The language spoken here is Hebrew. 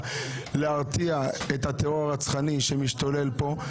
על מנת להרתיע את הטרור הרצחני שמשתולל כאן.